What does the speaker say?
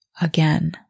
again